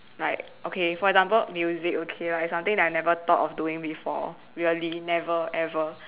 like okay for example music okay lah it's something I never thought of doing before really never ever